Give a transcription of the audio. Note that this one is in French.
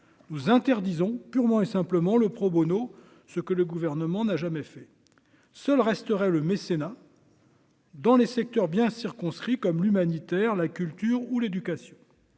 nous interdisons purement et simplement le pro Bono, ce que le gouvernement n'a jamais fait seuls resterait le mécénat. Dans les secteurs bien circonscrit comme l'humanitaire, la culture ou l'éducation,